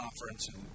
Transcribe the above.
conference